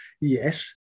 yes